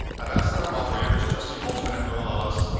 i've asked that our moderators, justine holzman and earl ellis,